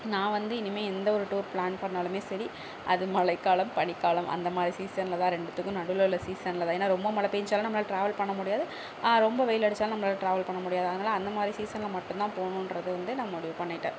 நான் வந்து இனிமேல் எந்த ஒரு டூர் ப்ளான் பண்ணாலும் சரி அது மழைக்காலம் பனிக்காலம் அந்த மாதிரி சீசனில் தான் ரெண்டுத்துக்கும் நடுவில் உள்ள சீசனில் தான் ஏன்னா ரொம்பம் மழை பெஞ்சாலும் நம்மளால ட்ராவல் பண்ண முடியாது ரொம்ப வெயில் அடித்தாலும் நம்மளால ட்ராவல் பண்ண முடியாது அதனால் அந்த மாதிரி சீசனில் மட்டும் தான் போகணுன்றது வந்து நான் முடிவு பண்ணிட்டேன்